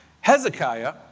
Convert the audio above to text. Hezekiah